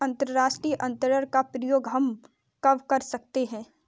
अंतर्राष्ट्रीय अंतरण का प्रयोग हम कब कर सकते हैं?